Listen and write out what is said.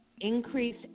increase